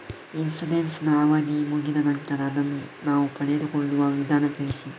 Insurance ನ ಅವಧಿ ಮುಗಿದ ನಂತರ ಅದನ್ನು ನಾವು ಪಡೆದುಕೊಳ್ಳುವ ವಿಧಾನ ತಿಳಿಸಿ?